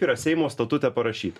yra seimo statute parašyta